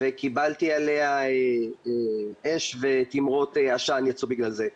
וקיבלתי עליה אש ותימרות עשן בגלל זה.